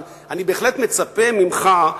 אבל אני בהחלט מצפה ממך,